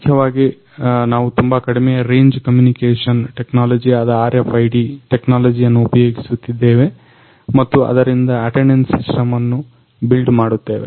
ಮುಖ್ಯವಾಗಿ ನಾವು ತುಂಬಾ ಕಡಿಮೆ ರೇಂಜ್ ಕಮ್ಯುನಿಕೇಷನ್ ಟೆಕ್ನಾಲಜಿ ಆದ RFIDಟೆಕ್ನಾಲಜಿಯನ್ನ ಉಪಯೋಗಿಸುತ್ತಿದ್ದೇವೆ ಮತ್ತು ಅದರಿಂದ ಅಟೆಂಡನ್ಸ್ ಸಿಸ್ಟಮ್ ಅನ್ನು ಬಿಲ್ಡ್ ಮಾಡುತ್ತೇವೆ